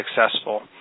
successful